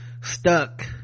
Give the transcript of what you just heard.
stuck